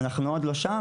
אנחנו עוד לא שם,